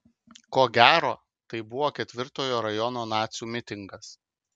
ko gero tai buvo ketvirtojo rajono nacių mitingas